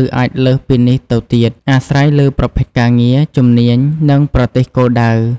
ឬអាចលើសពីនេះទៅទៀត អាស្រ័យលើប្រភេទការងារ ជំនាញ និងប្រទេសគោលដៅ។